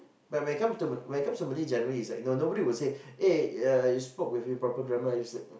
but when it come to when it comes to Malay generally is like no nobody will say eh uh you spoke with improper grammar is like